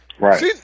Right